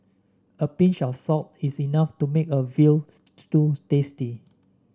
a pinch of salt is enough to make a veal stew tasty